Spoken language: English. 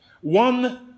One